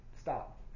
Stop